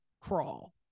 crawl